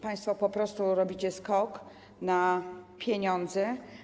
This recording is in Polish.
Państwo po prostu robicie skok na pieniądze.